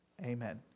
Amen